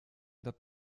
der